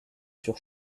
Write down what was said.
sur